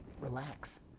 relax